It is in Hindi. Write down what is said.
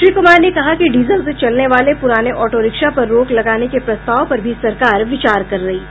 श्री कुमार ने कहा कि डीजल से चलने वाले पुराने ऑटोरिक्शा पर रोक लगाने के प्रस्ताव पर भी सरकार विचार कर रही है